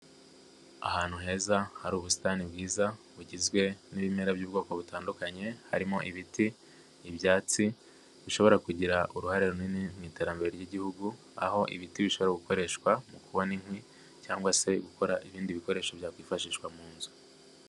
Ahantu heza hari ubusitani bwiza bugizwe n'ibimera by'ubwoko butandukanye harimo ibiti, ibyatsi, bishobora kugira uruhare runini mu iterambere ry'Igihugu aho ibiti bishobora gukoreshwa mu kubona inkwi cyangwa se gukora ibindi bikoresho byakwifashishwa mu nzu.